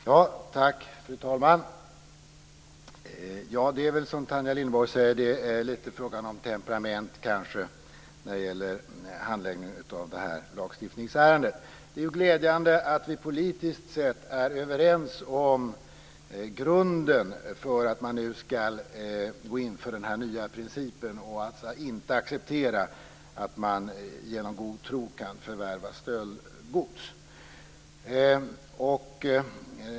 Fru talman! Som Tanja Linderborg säger är det väl en fråga om temperament när det gäller handläggningen av detta lagstiftningsärende. Det är ju glädjande att vi politiskt sett är överens om grunden för att man nu skall gå in för den nya principen att inte acceptera att någon genom god tro kan förvärva stöldgods.